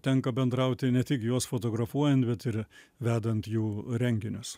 tenka bendrauti ne tik juos fotografuojant bet ir vedant jų renginius